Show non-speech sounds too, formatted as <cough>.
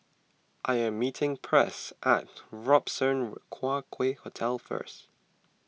I am meeting Press at Robertson <unintelligible> Quay Hotel first